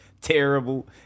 terrible